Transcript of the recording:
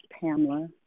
Pamela